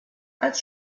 als